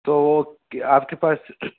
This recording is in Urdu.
تو آپ کے پاس